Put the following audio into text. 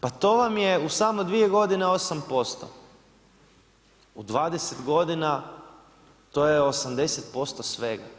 Pa to vam je u samo 2 godine, 8% U 20 godina, to je 80% svega.